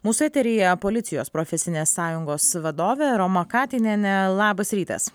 mūsų eteryje policijos profesinės sąjungos vadovė roma katinienė labas rytas